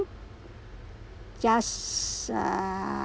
just uh